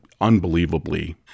unbelievably